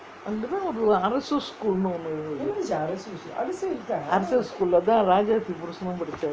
அங்கே தான் ஒரு அரசு:anggae thaan oru arasu school னு ஒன்னு அரசு:nu onnu arasu school lah தான்:thaan raajaathi புருஷனும் படிச்சாரு:purushanum padichaaru